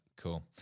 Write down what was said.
Cool